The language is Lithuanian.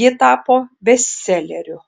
ji tapo bestseleriu